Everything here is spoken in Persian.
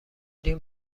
ریم